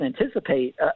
anticipate